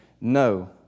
no